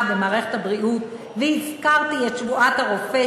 במערכת הבריאות והזכרתי את שבועת הרופא,